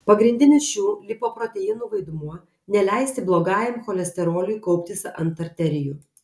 pagrindinis šių lipoproteinų vaidmuo neleisti blogajam cholesteroliui kauptis ant arterijų